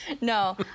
No